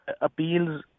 appeals